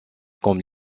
comme